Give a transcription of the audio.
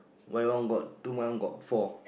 why your one got two my one got four